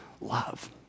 love